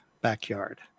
Backyard